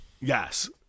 Yes